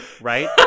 right